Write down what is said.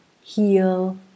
heal